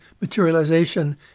materialization